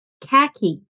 khaki